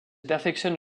perfectionne